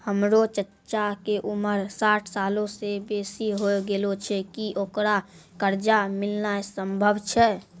हमरो चच्चा के उमर साठ सालो से बेसी होय गेलो छै, कि ओकरा कर्जा मिलनाय सम्भव छै?